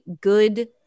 Good